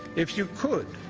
if you could,